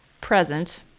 present